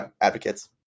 advocates